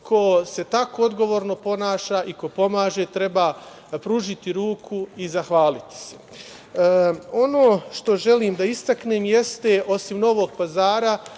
ko se tako odgovorno ponaša i ko pomaže treba pružiti ruku i zahvaliti se. Ono što želim da istaknem jeste, osim Novog Pazara,